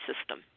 system